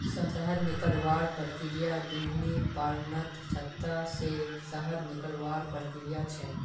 शहद निकलवार प्रक्रिया बिर्नि पालनत छत्ता से शहद निकलवार प्रक्रिया छे